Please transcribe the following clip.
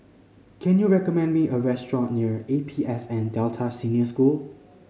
can you recommend me a restaurant near A P S N Delta Senior School